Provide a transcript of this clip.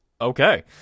Okay